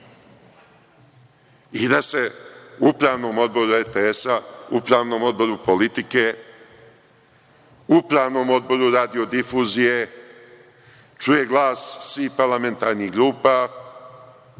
i da se u Upravnom odboru RTS, Upravnom odboru „Politike“, Upravnom odboru Radio-difuzije čuje glas i parlamentarnih grupa,